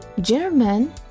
German